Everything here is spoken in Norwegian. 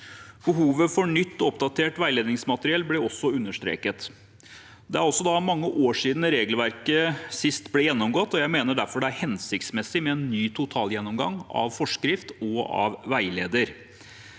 Behovet for nytt og oppdatert veiledningsmateriell ble også understreket. Det er da mange år siden regelverket sist ble gjennomgått, og jeg mener derfor det er hensiktsmessig med en ny totalgjennomgang av forskrift og veileder.